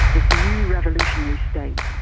this new revolutionary state.